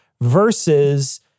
versus